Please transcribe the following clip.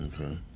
Okay